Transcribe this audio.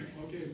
Okay